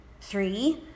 Three